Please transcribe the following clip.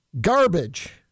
garbage